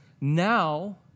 Now